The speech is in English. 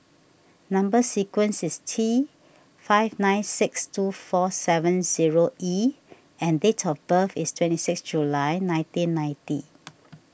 Number Sequence is T five nine six two four seven zero E and date of birth is twenty six July nineteen ninety